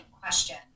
question